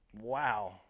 Wow